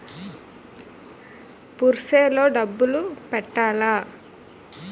Purse లో డబ్బులు పెట్టలా?